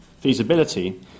feasibility